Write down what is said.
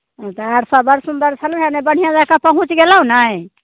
तऽ आर सब बड़ सुंदर छलैया ने बढ़िआँ जकाँ पहुँच गेलहुँ ने